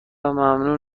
ممنون